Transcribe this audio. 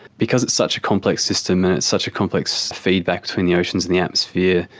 because it's such a complex system and it's such a complex feedback between the oceans and the atmosphere,